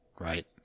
right